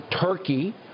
Turkey